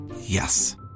Yes